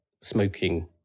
smoking